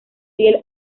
fiel